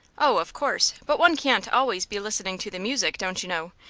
oh, of course, but one can't always be listening to the music, don't you know.